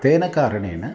तेन कारणेन